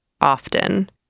often